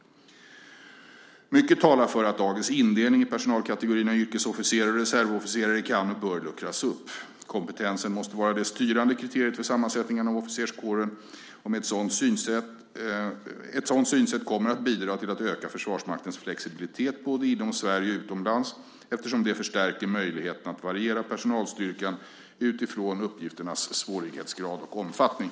Mycket talar för att dagens indelning i personalkategorierna yrkesofficerare och reservofficerare kan och bör luckras upp. Kompetensen måste vara det styrande kriteriet för sammansättningen av officerskåren. Ett sådant synsätt kommer att bidra till att öka Försvarsmaktens flexibilitet både inom Sverige och utomlands eftersom det förstärker möjligheterna att variera personalstyrkan utifrån uppgifternas svårighetsgrad och omfattning.